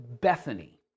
Bethany